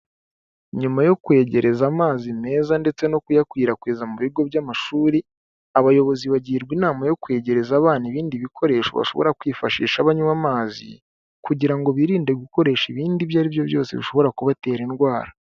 Nyuma yo kwegereza amazi meza ndetse no kuyakwirakwiza mu bigo by'amashuri, abayobozi bagirwa inama yo kwegereza abana ibindi bikoresho bashobora kwifashisha banywa amazi, kugira ngo birinde gukoresha ibindi ibyo aribyo byose bishobora kubatera indwara.